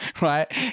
right